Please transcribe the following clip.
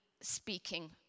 speaking